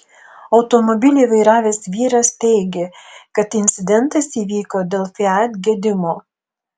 automobilį vairavęs vyras teigė kad incidentas įvyko dėl fiat gedimo